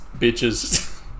bitches